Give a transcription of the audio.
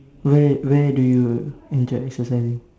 where where do you enjoy exercising